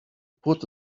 put